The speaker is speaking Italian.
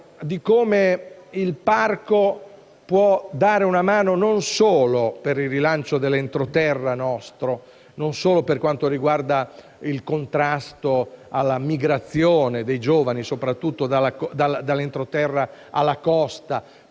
di come il parco possa dare una mano, non solo per il rilancio del nostro entroterra, non solo per quanto riguarda il contrasto alla migrazione dei giovani, soprattutto dall'entroterra alla costa,